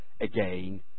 again